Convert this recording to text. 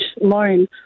loan